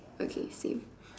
okay same